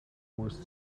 force